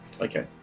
Okay